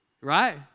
right